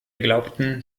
glaubten